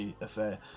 affair